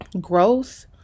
growth